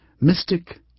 mystic